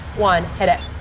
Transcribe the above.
one. hit it.